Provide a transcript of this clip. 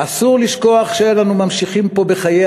אסור לשכוח שאין אנו ממשיכים פה בחיי